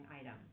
item